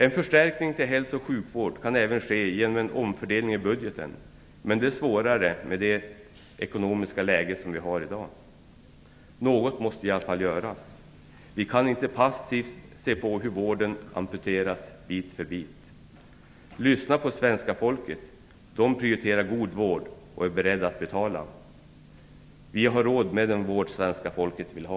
En förstärkning av hälso och sjukvård kan även ske genom omfördelning i budgeten. Men det är svårare med tanke på det ekonomiska läge vi har i dag. Något måste i alla fall göras. Vi kan inte passivt se på hur vården amputeras bit för bit. Lyssna på svenska folket! Man prioriterar god vård och är beredd att betala. Vi har råd med den vård svenska folket vill ha.